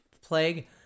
plague